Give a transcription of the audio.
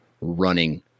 running